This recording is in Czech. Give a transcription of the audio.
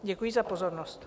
Děkuji za pozornost.